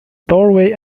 doorway